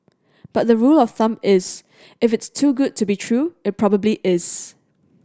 but the rule of thumb is if it's too good to be true it probably is